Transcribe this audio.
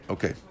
Okay